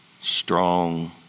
strong